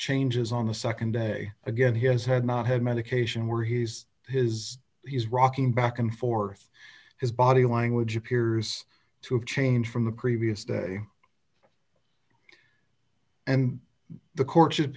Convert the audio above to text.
changes on the nd day again he has had not had medication where he's his he's rocking back and forth his body language appears to have changed from the previous day and the court should